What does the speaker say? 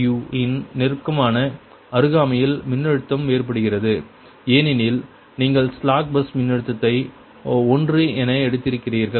u இன் நெருக்கமான அருகாமையில் மின்னழுத்தம் வேறுபடுகிறது ஏனெனில் நீங்கள் ஸ்லேக் பஸ் மின்னழுத்தத்தை ஒன்று என எடுத்திருக்கிறீர்கள்